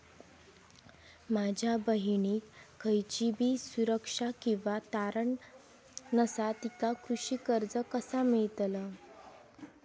माझ्या बहिणीक खयचीबी सुरक्षा किंवा तारण नसा तिका कृषी कर्ज कसा मेळतल?